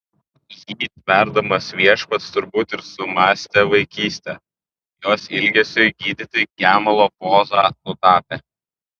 jį tverdamas viešpats turbūt ir sumąstė vaikystę jos ilgesiui gydyti gemalo pozą nutapė